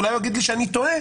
אולי הוא יגיד לי שאני טועה,